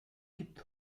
gibt